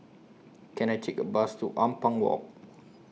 Can I Take A Bus to Ampang Walk